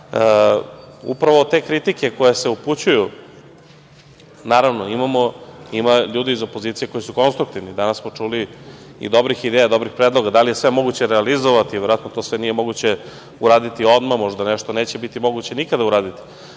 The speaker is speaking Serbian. te kritike koje se upućuju, naravno ima ljudi iz opozicije koji su konstruktivni, danas smo čuli dobre ideje, dobre predloge, da li je moguće sve realizovati, verovatno nije moguće sve uraditi odmah, nešto verovatno neće biti moguće nikad uraditi,